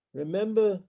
remember